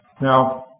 Now